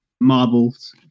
marbles